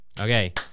Okay